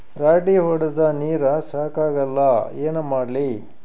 ರಾಟಿ ಹೊಡದ ನೀರ ಸಾಕಾಗಲ್ಲ ಏನ ಮಾಡ್ಲಿ?